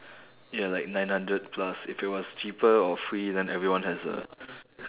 ya like nine hundred plus if it was cheaper or free then everyone has a